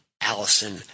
Allison